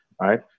right